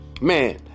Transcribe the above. man